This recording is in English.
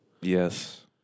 Yes